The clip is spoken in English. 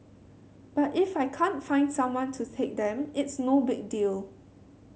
but if I can't find someone to take them it's no big deal